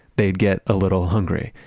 they'd get a little hungry.